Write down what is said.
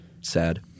Sad